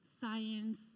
science